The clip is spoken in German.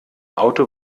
auto